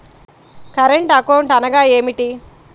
Current account అనగా ఏమిటి?